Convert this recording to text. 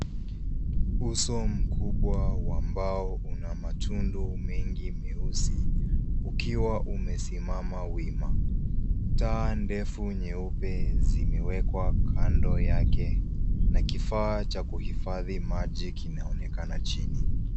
Uso mkubwa wa mbao una matundu mengi meusi ukiwa umesimama wima. Taa ndefu nyeupe zimewekwa kando yake na kifaa cha kuhifadhi maji kinaonekana chini.